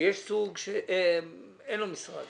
ויש אחד שאין לו משרד